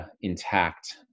intact